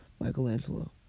Michelangelo